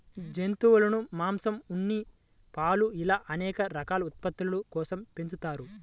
జంతువులను మాంసం, ఉన్ని, పాలు ఇలా అనేక రకాల ఉత్పత్తుల కోసం పెంచుతారు